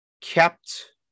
kept